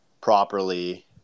properly